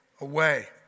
away